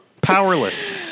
Powerless